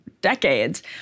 decades